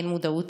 אין מודעות,